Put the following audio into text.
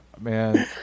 man